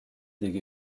tegi